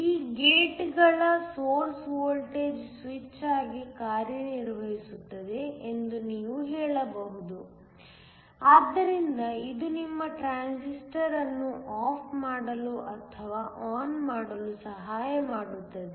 ಈ ಗೇಟ್ಗಳ source voltage switch ಆಗಿ ಕಾರ್ಯನಿರ್ವಹಿಸುತ್ತದೆ ಎಂದು ನೀವು ಹೇಳಬಹುದು ಆದ್ದರಿಂದ ಇದು ನಿಮ್ಮ ಟ್ರಾನ್ಸಿಸ್ಟರ್ ಅನ್ನು ಆಫ್ ಮಾಡಲು ಅಥವಾ ಆನ್ ಮಾಡಲು ಸಹಾಯ ಮಾಡುತ್ತದೆ